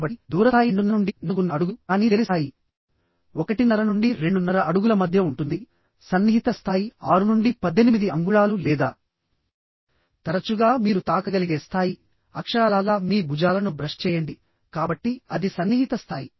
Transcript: కాబట్టి దూర స్థాయి రెండున్నర నుండి నాలుగున్నర అడుగులు కానీ దగ్గరి స్థాయి ఒకటిన్నర నుండి రెండున్నర అడుగుల మధ్య ఉంటుంది సన్నిహిత స్థాయి 6 నుండి 18 అంగుళాలు లేదా తరచుగా మీరు తాకగలిగే స్థాయి అక్షరాలా మీ భుజాలను బ్రష్ చేయండి కాబట్టి అది సన్నిహిత స్థాయి